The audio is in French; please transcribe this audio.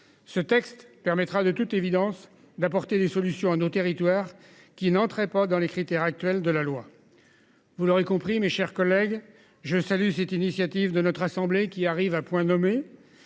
Ce texte permettra de toute évidence d'apporter des solutions à nos territoires qui n'entrait pas dans les critères actuels de la loi. Vous l'aurez compris, mes chers collègues, je salue cette initiative de notre assemblée qui arrive à point nommé.